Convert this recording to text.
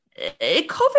covid